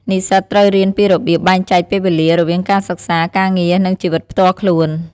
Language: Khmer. និស្សិតត្រូវរៀនពីរបៀបបែងចែកពេលវេលារវាងការសិក្សា ការងារ និងជីវិតផ្ទាល់ខ្លួន។